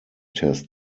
test